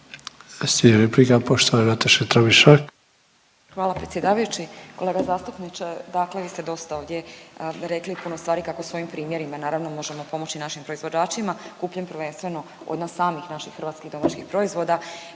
Hvala predsjedavajući. Kolega zastupniče, dakle vi ste dosta ovdje rekli puno stvari kako svojim primjerima naravno možemo pomoći našim proizvođačima kupnjom prvenstveno od nas samih naših hrvatskih domaćih proizvoda.